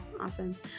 awesome